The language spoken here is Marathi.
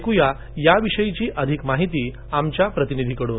ऐकूया याविषयीची अधिक माहिती आमच्या प्रतिनिधींकडून